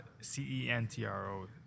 C-E-N-T-R-O